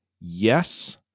yes